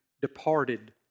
departed